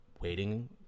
waiting